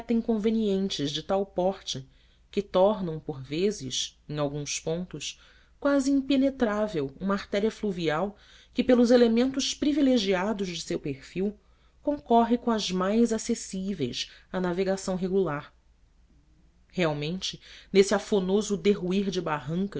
inconvenientes de tal porte que tornam por vezes em alguns pontos quase impenetrável uma artéria fluvial que pelos elementos privilegiados de seu perfil concorre com as mais acessíveis à navegação regular realmente nesse afanoso derruir de barrancas